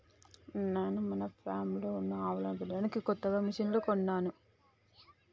నాను మన ఫామ్లో ఉన్న ఆవులను పెంచడానికి కొత్త మిషిన్లు కొన్నాను